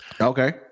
Okay